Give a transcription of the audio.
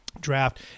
Draft